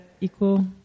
equal